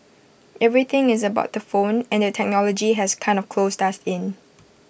everything is about the phone and the technology has kind of closed us in